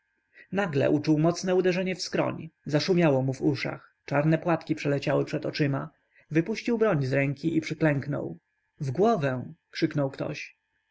nagle uczuł mocne uderzenie w skroń zaszumiało mu w uszach czarne płatki przeleciały przed oczyma wypuścił broń z ręki i przyklęknął w głowę krzyknął ktoś